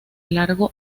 largo